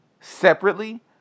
separately